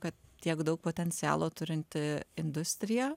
kad tiek daug potencialo turinti industrija